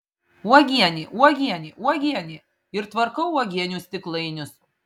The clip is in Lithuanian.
uogienė uogienė uogienė ir tvarkau uogienių stiklainius